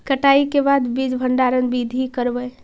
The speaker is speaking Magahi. कटाई के बाद बीज भंडारन बीधी करबय?